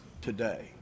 today